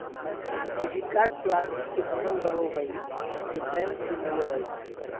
credit card plastic के बनल रहो हइ जे बैंक से मिलो हइ